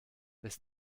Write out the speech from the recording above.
bis